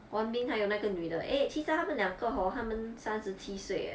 voon bin 还有那个女的 eh 其实他们两个 hor 他们三十七岁 eh